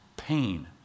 pain